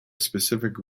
specific